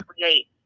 create